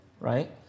right